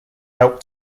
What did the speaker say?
helped